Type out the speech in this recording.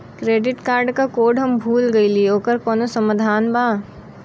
Credit card क code हम भूल गइली ओकर कोई समाधान बा?